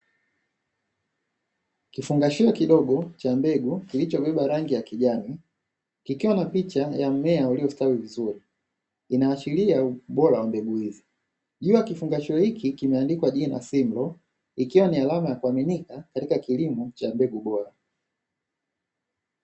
Kifungashio kidogo cha mbegu kilichobeba rangi ya kijani, kikiwa na picha ya mmea uliostawi vizuri, inaashiria ubora wa mbegu. Juu ya kifungashio hiki kimeandikwa jina "Simlaw", ikiwa ni alama ya kuaminika katika kilimo cha mbegu bora.